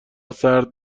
سرد